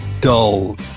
dull